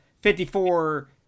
Fifty-four